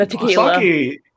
Sake